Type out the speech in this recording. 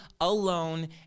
alone